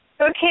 Okay